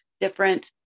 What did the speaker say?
different